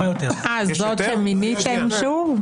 אה, זו שמיניתם שוב?